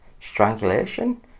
strangulation